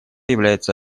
является